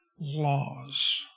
laws